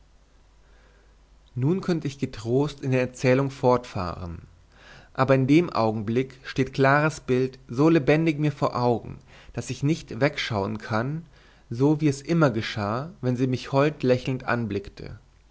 nun könnte ich getrost in der erzählung fortfahren aber in dem augenblick steht claras bild so lebendig mir vor augen daß ich nicht wegschauen kann so wie es immer geschah wenn sie mich holdlächelnd anblickte